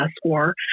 score